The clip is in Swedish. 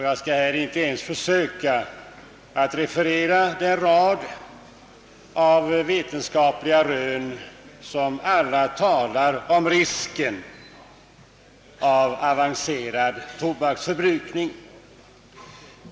Jag skall här inte ens försöka referera den rad av vetenskapliga rön som alla talar om risken vid avancerad tobaksrökning.